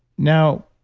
now,